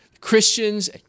Christians